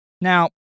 Now